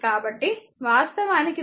కాబట్టి వాస్తవానికి v 2i i 8